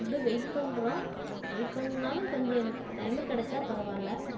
food wait பண்ணுறோம் wait பண்ணாலும் கொஞ்சம் எனக்கு டைமுக்கு கிடைச்சா பரவாயில்ல